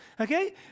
Okay